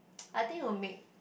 I think it will make